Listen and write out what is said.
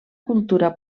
cultura